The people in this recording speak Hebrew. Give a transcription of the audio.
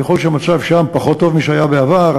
ככל שהמצב שם פחות טוב משהיה בעבר,